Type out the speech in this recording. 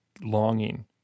longing